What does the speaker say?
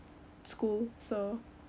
school so